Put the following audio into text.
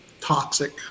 toxic